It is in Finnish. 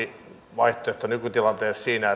vaihtoehdon nykytilanteessa siinä